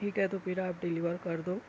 ٹھیک ہے تو پھر آپ ڈیلیور کر دو